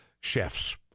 chefs